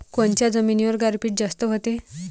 कोनच्या जमिनीवर गारपीट जास्त व्हते?